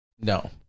No